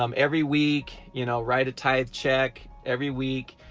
um every week, you know write a tithe check every week,